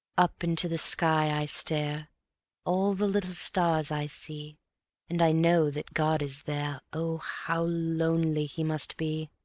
up into the sky i stare all the little stars i see and i know that god is there o, how lonely he must be!